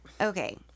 Okay